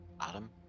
Adam